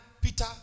Peter